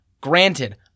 Granted